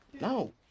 No